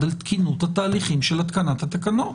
על תקינות התהליכים של התקנת התקנות.